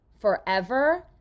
forever